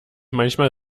manchmal